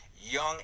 young